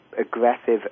aggressive